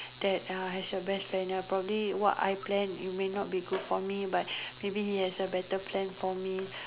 that uh has the best planner probably what I plan it may not be good for me but maybe he has a better plan for me